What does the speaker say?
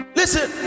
listen